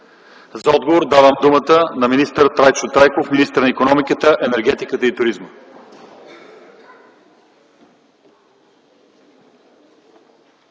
За отговор давам думата на министър Трайчо Трайков – министър на икономиката, енергетиката и туризма.